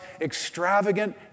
extravagant